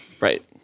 Right